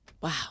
Wow